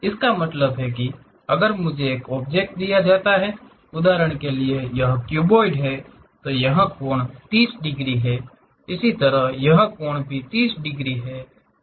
इसका मतलब है कि अगर मुझे एक ऑब्जेक्ट दिया जाता है उदाहरण के लिए यहां क्यूबॉइड तो यह कोण 30 डिग्री है इसी तरह यह कोण भी 30 डिग्री है